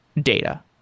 data